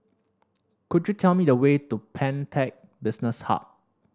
could you tell me the way to Pantech Business Hub